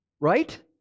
Right